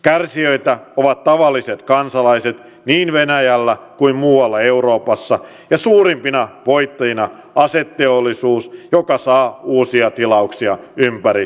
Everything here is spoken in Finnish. kärsijöitä ovat tavalliset kansalaiset niin venäjällä kuin myös muualla euroopassa ja suurimpina voittajina aseteollisuus joka saa uusia tilauksia ympäri eurooppaa